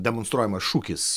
demonstruojamas šūkis